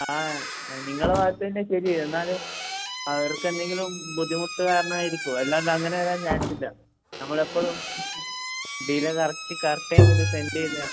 ആ നിങ്ങളുടെ ഭാഗത്ത് തന്നെയാണ് ശരി എന്നാലും അവർക്ക് എന്തെങ്കിലും ബുദ്ധിമുട്ട് കാരണം ആയിരിക്കും അല്ലാണ്ട് അങ്ങന വരാൻ ചാൻസ് ഇല്ല നമ്മൾ എപ്പളും ഡിലേ കറക്റ്റ് കറക്റ്റ് ടൈം ഇത് സെൻഡ് ചെയ്തത് ആണ്